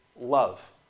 Love